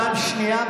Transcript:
פעם שנייה,